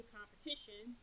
competition